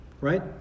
right